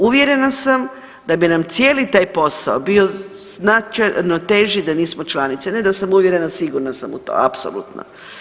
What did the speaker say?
Uvjerena sam da bi nam cijeli taj posao bio značajno teži da nismo članice, ne da sam uvjerena, sigurna sam u to apsolutno.